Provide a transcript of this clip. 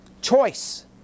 choice